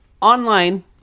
online